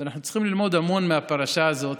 ואנחנו צריכים ללמוד המון מהפרשה הזאת